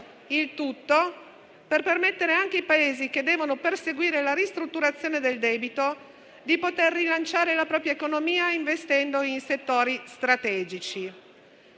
Il tutto per permettere anche ai Paesi che devono perseguire la ristrutturazione del debito di poter rilanciare la propria economia investendo in settori strategici.